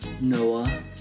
Noah